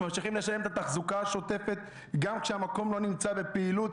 הם ממשיכים לשלם את התחזוקה השוטפת גם כשהמקום לא נמצא בפעילות,